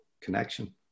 connection